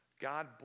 God